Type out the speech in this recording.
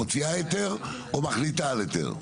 מוציאה היתר או מחליטה על היתר?